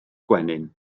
gwenyn